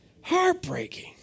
Heartbreaking